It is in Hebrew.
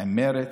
עם מרצ,